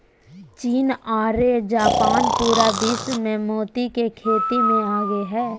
चीन आरो जापान पूरा विश्व मे मोती के खेती मे आगे हय